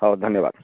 ହଉ ଧନ୍ୟବାଦ